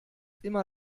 immer